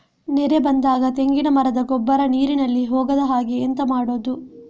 ನೆರೆ ಬಂದಾಗ ತೆಂಗಿನ ಮರದ ಗೊಬ್ಬರ ನೀರಿನಲ್ಲಿ ಹೋಗದ ಹಾಗೆ ಎಂತ ಮಾಡೋದು?